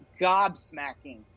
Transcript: gobsmacking